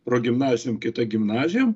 progimnazijom kita gimnazijom